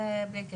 זה בלי קשר,